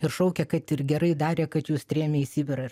ir šaukia kad ir gerai darė kad juos trėmė į sibirą ir